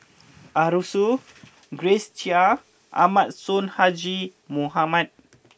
Arasu Grace Chia and Ahmad Sonhadji Mohamad